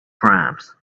crimes